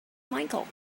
michael